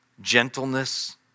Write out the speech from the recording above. gentleness